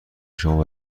شما